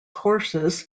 horses